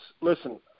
listen